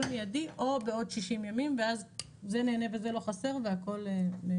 מידי או בעוד 60 ימים ואז זה נהנה וזה לא חסר והכול בסדר.